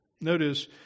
Notice